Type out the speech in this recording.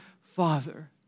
father